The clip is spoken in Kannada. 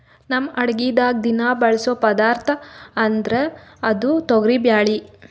ನಮ್ ಅಡಗಿದಾಗ್ ದಿನಾ ಬಳಸೋ ಪದಾರ್ಥ ಅಂದ್ರ ಅದು ತೊಗರಿಬ್ಯಾಳಿ